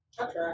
Okay